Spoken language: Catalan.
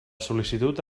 sol·licitud